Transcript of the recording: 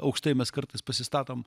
aukštai mes kartais pasistatom